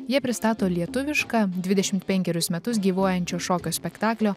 jie pristato lietuvišką dvidešimt penkerius metus gyvuojančio šokio spektaklio